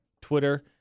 Twitter